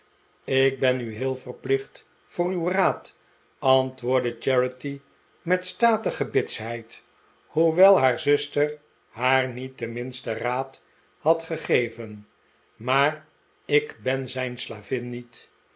ik ben u heel verplicht voor uw raad antwoordde charity met statige bitsheid hoewel haar zuster haar niet den minsten raad had gegeven r maar ik ben zijn slavin niet